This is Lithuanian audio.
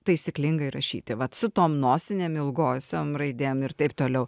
taisyklingai rašyti vat su tom nosinėm ilgosiom raidėm ir taip toliau